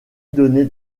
donnait